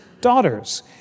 daughters